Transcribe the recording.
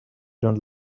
don’t